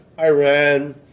Iran